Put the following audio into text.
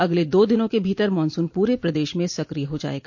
अगले दो दिनों के भीतर मानसून पूरे प्रदेश में सक्रिय हो जायेगा